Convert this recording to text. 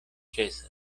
ĉesas